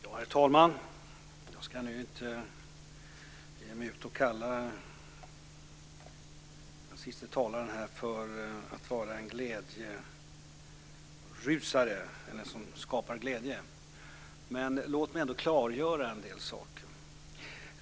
Herr talman! Jag ska inte utge den siste talaren för att vara någon som skapar glädje. Låt mig ändå klargöra en del saker.